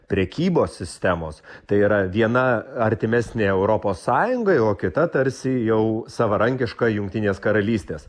prekybos sistemos tai yra viena artimesnė europos sąjungai o kita tarsi jau savarankiška jungtinės karalystės